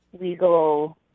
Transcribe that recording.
legal